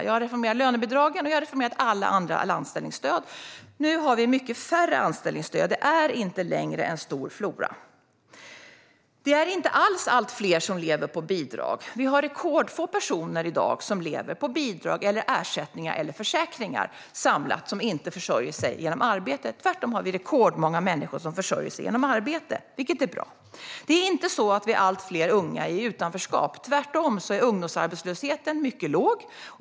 Jag har reformerat lönebidragen, och jag har reformerat alla andra anställningsstöd. Nu har vi mycket färre anställningsstöd. Det är inte längre en stor flora. Det är inte alls allt fler som lever på bidrag. Vi har i dag rekordfå personer som lever på bidrag, ersättningar eller försäkringar samlat och som inte försörjer sig genom arbete. Tvärtom har vi rekordmånga personer som försörjer sig genom arbete, vilket är bra. Och det är inte på det sättet att allt fler unga är i utanförskap. Ungdomsarbetslösheten är tvärtom mycket låg.